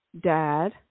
dad